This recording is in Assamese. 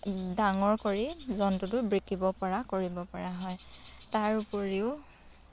ডাঙৰ কৰি জন্তুটো বিক্ৰীব পৰা কৰিব পৰা হয় তাৰ উপৰিও